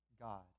God